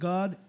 God